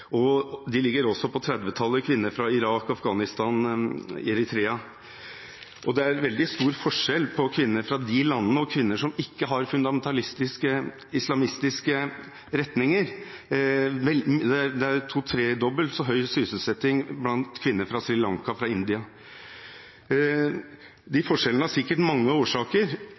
sysselsetting. De som kommer fra Pakistan, har vel 30 pst., og for kvinner fra Irak, Afghanistan, Eritrea ligger det også på ca. 30 pst. Det er veldig stor forskjell mellom kvinner fra disse landene og kvinner fra land som ikke har fundamentalistiske, islamistiske retninger. Det er to–tredobbelt så høy sysselsetting blant kvinner fra Sri Lanka og fra India. De forskjellene har sikkert mange årsaker,